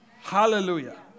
Hallelujah